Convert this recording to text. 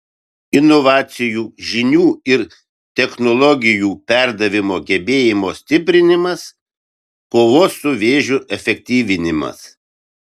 inovacijų žinių ir technologijų perdavimo gebėjimo stiprinimas kovos su vėžiu efektyvinimas